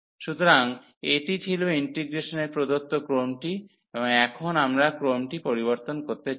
সুতরাং এটি ছিল ইন্টিগ্রেশনের প্রদত্ত ক্রমটি এবং এখন আমরা ক্রমটি পরিবর্তন করতে চাই